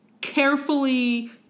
carefully